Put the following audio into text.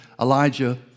Elijah